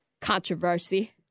controversy